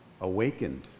awakened